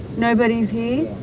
nobody's here?